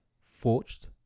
forged